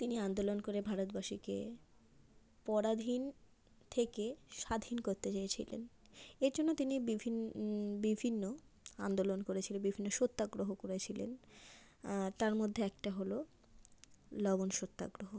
তিনি আন্দোলন করে ভারতবাসীকে পরাধীন থেকে স্বাধীন করতে চেয়েছিলেন এর জন্য তিনি বিভিন্ন বিভিন্ন আন্দোলন করেছিলেন বিভিন্ন সত্যাগ্রহ করেছিলেন তার মধ্যে একটা হলো লবণ সত্যাগ্রহ